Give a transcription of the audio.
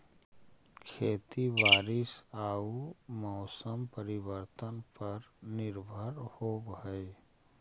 खेती बारिश आऊ मौसम परिवर्तन पर निर्भर होव हई